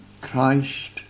Christ